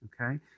Okay